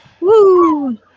Woo